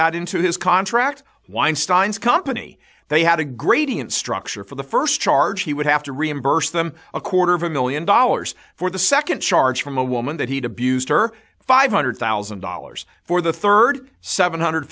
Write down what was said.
that into his contract weinstein's company they had a gradient structure for the first charge he would have to reimburse them a quarter of a million dollars for the second charge from a woman that he'd abused her five hundred thousand dollars for the third seven hundred